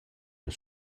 las